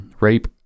rape